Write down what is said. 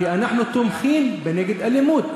כי אנחנו תומכים בהתנגדות לאלימות.